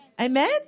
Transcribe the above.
Amen